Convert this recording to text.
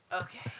Okay